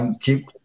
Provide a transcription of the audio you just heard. keep